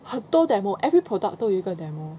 很多 demo every product 都有一个 demo